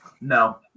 No